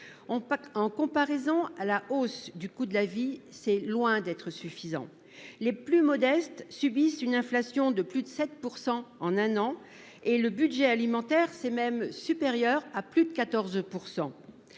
en comparaison à la hausse du coût de la vie, c'est loin d'être suffisant. Les plus modestes subissent une inflation de plus de 7% en un an et le budget alimentaire c'est même supérieur à plus de 14%.